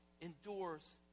endures